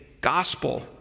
gospel